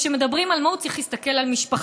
וכשמדברים על מהות צריך להסתכל על משפחה,